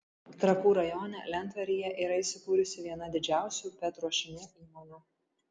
trakų rajone lentvaryje yra įsikūrusi viena didžiausių pet ruošinių įmonių